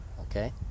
okay